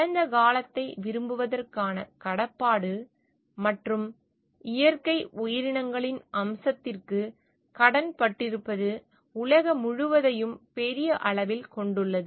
கடந்த காலத்தை விரும்புவதற்கான கடப்பாடு மற்றும் இயற்கை உயிரினங்களின் அம்சத்திற்கு கடன்பட்டிருப்பது உலகம் முழுவதையும் பெரிய அளவில் கொண்டுள்ளது